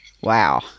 Wow